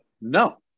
no